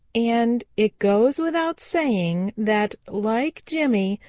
and it goes without saying that, like jimmy,